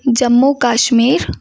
Jammu Kashmir